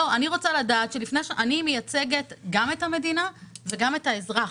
לא, אני מייצגת גם את המדינה וגם את האזרח